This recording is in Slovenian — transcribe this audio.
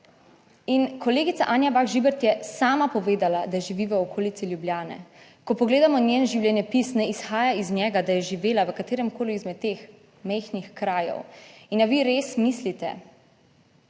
In kolegica Anja Bah Žibert je sama povedala, da živi v okolici Ljubljane. Ko pogledamo njen življenjepis, ne izhaja iz njega, da je živela v kateremkoli izmed teh majhnih krajev. In ali vi res mislite,